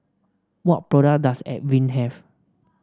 what product does Avene have